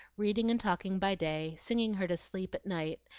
reading and talking by day, singing her to sleep at night,